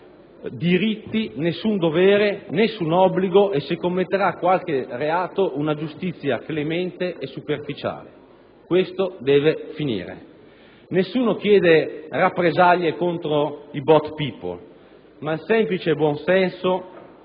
diritti, nessun dovere, nessun obbligo e, se commetterà qualche reato, troverà una giustizia clemente e superficiale. Questo deve finire. Nessuno chiede rappresaglie contro i *boat people*, ma semplice buon senso